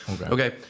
Okay